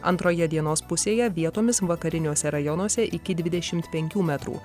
antroje dienos pusėje vietomis vakariniuose rajonuose iki dvidešimt penkių metrų